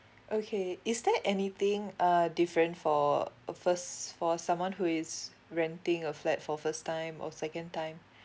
okay is there anything uh different for a first for someone who is renting a flat for first time or second time